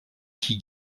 qui